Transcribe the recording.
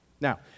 Now